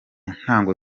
ntango